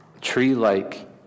tree-like